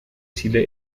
chile